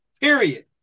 period